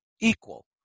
equal